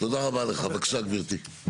תודה רבה לך, בבקשה, גבירתי.